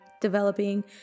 developing